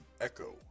Echo